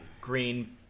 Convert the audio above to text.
green